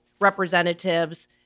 representatives